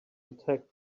attack